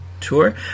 tour